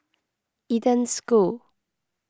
Eden School